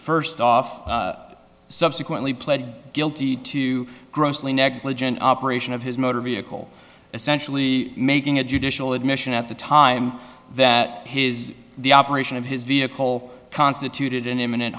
first off subsequently pled guilty to grossly negligent operation of his motor vehicle essentially making a judicial admission at the time that his the operation of his vehicle constituted an imminent